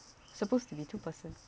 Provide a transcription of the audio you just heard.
supposed to be two persons